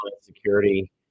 Security